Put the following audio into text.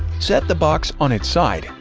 set the box on its side,